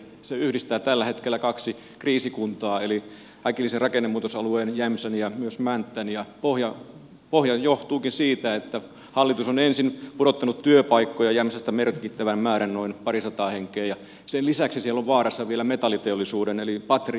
se yhdistää tällä hetkellä kaksi kriisikuntaa eli äkillisen rakennemuutosalueen jämsän ja myös mäntän ja pohjana tässä onkin se että hallitus on ensin pudottanut työpaikkoja jämsästä merkittävän määrän noin parisataa henkeä ja sen lisäksi siellä on vaarassa vielä metalliteollisuuden eli patrian työpaikat